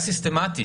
בעיה סיסטמתית,